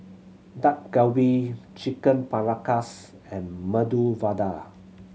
Dak Galbi Chicken Paprikas and Medu Vada